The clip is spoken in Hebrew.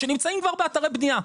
שנמצאים כבר באתרי בנייה,